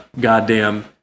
goddamn